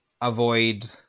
Avoid